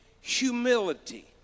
humility